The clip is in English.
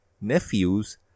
nephews